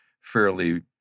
fairly